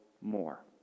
more